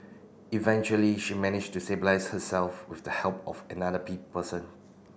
eventually she managed to stabilise herself with the help of another person